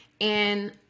And-